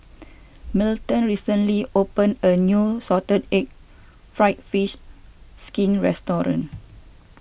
Milton recently opened a new Salted Egg Fried Fish Skin restaurant